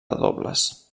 dobles